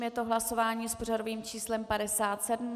Je to hlasování s pořadovým číslem 57.